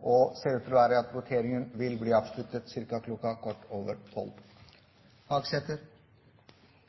og at voteringen vil bli avsluttet ca. kl. 12.15.